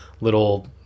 little